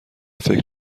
فکر